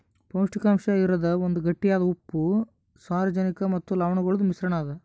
ಪೌಷ್ಟಿಕಾಂಶ ಇರದ್ ಒಂದ್ ಗಟ್ಟಿಯಾದ ಉಪ್ಪು, ಸಾರಜನಕ ಮತ್ತ ಲವಣಗೊಳ್ದು ಮಿಶ್ರಣ ಅದಾ